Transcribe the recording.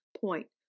point